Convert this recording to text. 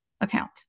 account